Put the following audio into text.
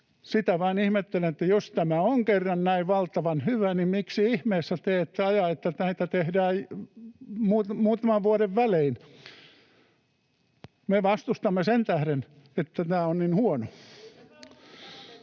Sitä vain ihmettelen, että jos tämä on kerran näin valtavan hyvä, niin miksi ihmeessä te ette aja, että näitä tehdään muutaman vuoden välein. Me vastustamme sen tähden, että tämä on niin huono.